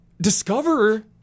discover